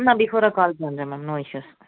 நான் பிஃபோராக கால் பண்ணுறேன் மேம் நோ இஷ்யுஸ்